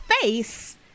face